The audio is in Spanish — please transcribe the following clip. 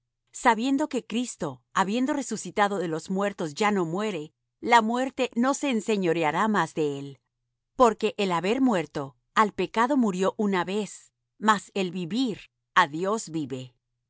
sabiendo que cristo habiendo resucitado de entre los muertos ya no muere la muerte no se enseñoreará más de él porque el haber muerto al pecado murió una vez mas el vivir á dios vive